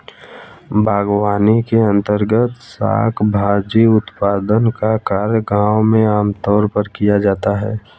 बागवानी के अंर्तगत शाक भाजी उत्पादन का कार्य गांव में आमतौर पर किया जाता है